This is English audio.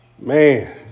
man